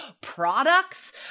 products